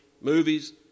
movies